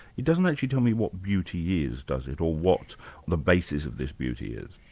it doesn't actually tell me what beauty is, does it? or what the basis of this beauty is.